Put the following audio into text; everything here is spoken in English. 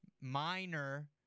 minor